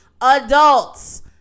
Adults